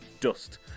dust